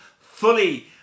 fully